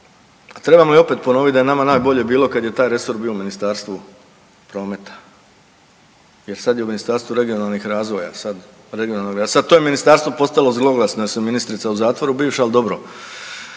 trebamo i opet ponovit da je nama najbolje kad je taj resor bio u Ministarstvu prometa, jer sad je u Ministarstvu regionalnih razvoja sad regionalni razvoj, sad to je ministarstvo postalo zloglasno je se ministrica u zatvoru bivša, ali dobro